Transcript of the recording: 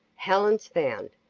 helen's found!